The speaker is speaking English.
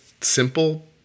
simple